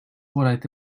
what